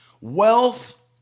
Wealth